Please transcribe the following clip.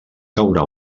caure